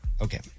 Okay